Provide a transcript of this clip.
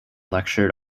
lectured